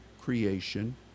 creation